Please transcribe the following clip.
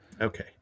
Okay